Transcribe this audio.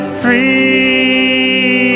free